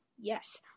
Yes